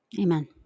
Amen